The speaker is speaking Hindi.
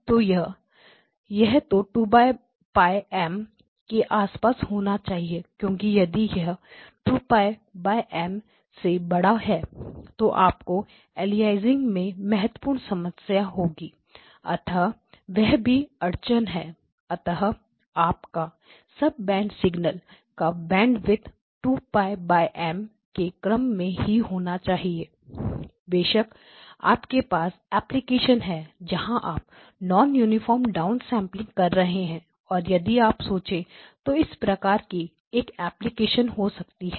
यह तो 2 π M के आसपास होना चाहिए क्योंकि यदि यह 2 π M से बड़ा है तो आपको अलियासिंग में महत्वपूर्ण समस्या होगी अतः वह भी अड़चन है अतः आप का सब बैंड सिग्नल का बैंडविथ 2 π M के क्रम में ही होना चाहिए बेशक आपके पास एप्लीकेशन है जहां आप नॉन यूनिफार्म डाउनसेंपलिंग कर रहे हैं और यदि आप सोचें तो इस प्रकार की एक एप्लीकेशन हो सकती है